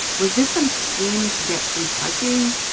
was this some scheme to get free parking,